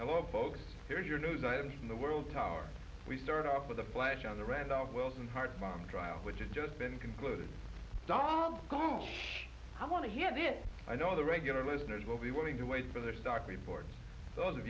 folks here's your news items from the world tower we start off with a flash on the randolph wilson part from the trial which has just been concluded dom's gosh i want to hear this i know the regular listeners will be willing to wait for their stock report those